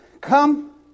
come